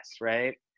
Right